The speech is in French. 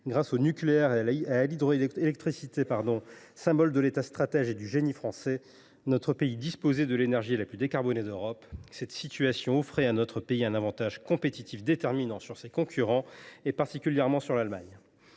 Grâce au nucléaire et à l’hydroélectricité, symboles de l’État stratège et du génie français, notre pays disposait de l’énergie la plus décarbonée d’Europe. Cette situation offrait à notre pays un avantage compétitif déterminant face à ses concurrents, particulièrement face à l’Allemagne.